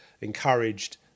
encouraged